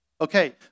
Okay